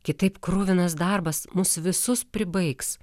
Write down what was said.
kitaip kruvinas darbas mus visus pribaigs